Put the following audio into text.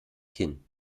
kinn